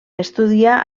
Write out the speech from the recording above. estudiar